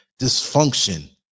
dysfunction